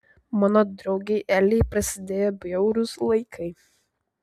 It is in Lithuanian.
mano draugei elei prasidėjo bjaurūs laikai